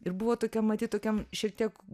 ir buvo tokia matyt tokiam šiek tiek